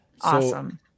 Awesome